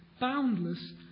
boundless